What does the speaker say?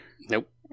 Nope